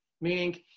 meaning